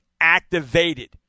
activated